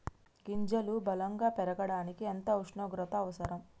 గింజలు బలం గా పెరగడానికి ఎంత ఉష్ణోగ్రత అవసరం?